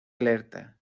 alerta